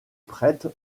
prêtre